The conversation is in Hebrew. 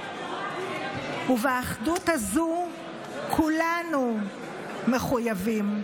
ובאחדות הזו כולנו מחויבים.